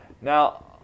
Now